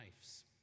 lives